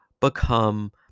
become